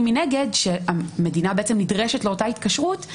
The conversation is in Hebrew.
מנגד שהמדינה בעצם נדרשת לאותה התקשרות,